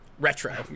Retro